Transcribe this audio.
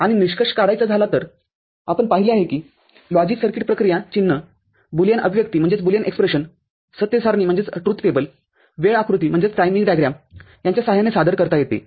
आणि निष्कर्ष काढायचा झाला तरआपण पाहिले आहे कि लॉजिक सर्किटप्रक्रिया चिन्हबुलियन अभिव्यक्तीसत्य सारणीवेळ आकृतीयांच्या साहाय्याने सादर करता येते